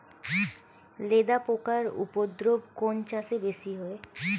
লেদা পোকার উপদ্রব কোন চাষে বেশি হয়?